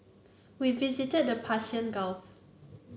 we visited the Persian Gulf